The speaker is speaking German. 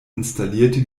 installierte